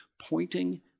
pointing